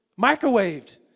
microwaved